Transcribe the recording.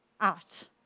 out